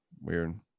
weird